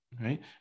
right